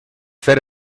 fer